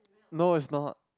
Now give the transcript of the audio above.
no it's not